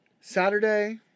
Saturday